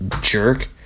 jerk